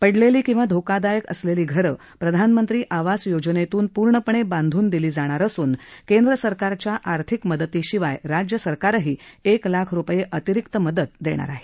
पडलेली किंवा धोकादायक असलेली घरं प्रधानमंत्री आवास योजनेतून पूर्णपणे बांधून दिली जाणार असून केंद्र सरकारच्या आर्थिक मदतीशिवाय राज्यसरकारही एक लाख रुपये अतिरिक्त मदत देणार आहे